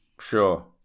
sure